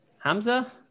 Hamza